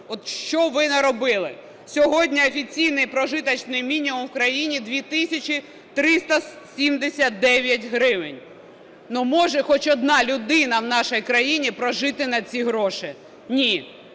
що ви наробили? Сьогодні офіційний прожитковий мінімум в країні 2 тисячі 379 гривень. Може хоч одна людина в нашій країні прожити на ці гроші? Ні.